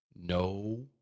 No